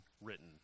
written